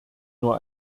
nur